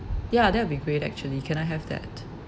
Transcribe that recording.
ya that will be great actually can I have that